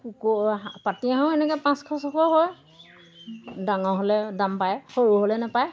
কুকুৰা পাতিহাঁহো এনেকৈ পাঁচশ ছশও হয় ডাঙৰ হ'লে দাম পায় সৰু হ'লে নেপায়